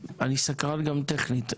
אני סקרן גם טכנית.